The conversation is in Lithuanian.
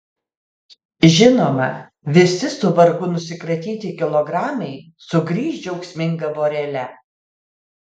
žinoma visi su vargu nusikratyti kilogramai sugrįš džiaugsminga vorele